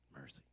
Mercy